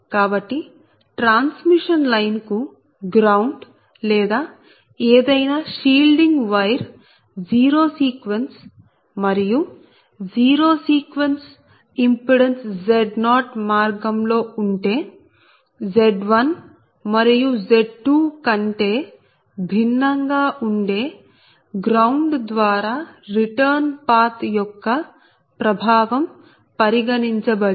కాబట్టి transmission line కు ground లేదా ఏదైనా షీల్డింగ్ వైర్ జీరో సీక్వెన్స్ మరియు జీరో సీక్వెన్స్ ఇంపిడెన్స్ Z0మార్గంలో ఉంటే Z1 మరియు Z2కంటే భిన్నంగా ఉండే గ్రౌండ్ ద్వారా రిటర్న్ పాత్ యొక్క ప్రభావం పరిగణించబడింది